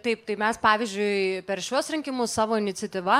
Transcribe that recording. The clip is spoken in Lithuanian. taip tai mes pavyzdžiui per šiuos rinkimus savo iniciatyva